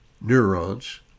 neurons